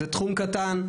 זה תחום קטן,